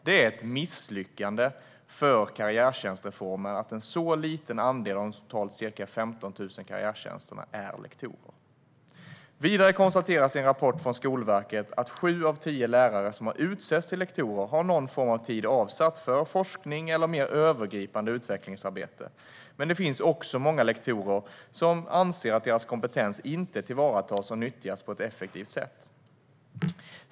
Det är ett misslyckande för karriärtjänstreformen att en så liten andel av de totalt ca 15 000 karriärtjänsterna är lektorer. Vidare konstateras i en rapport från Skolverket att sju av tio lärare som har utsetts till lektorer har någon form av tid avsatt för forskning eller mer övergripande utvecklingsarbete, men det finns också många lektorer som anser att deras kompetens inte tillvaratas och nyttjas på ett effektivt sätt.